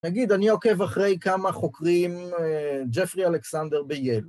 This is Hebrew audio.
נגיד, אני עוקב אחרי כמה חוקרים, ג'פרי אלכסנדר בייל.